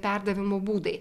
perdavimo būdai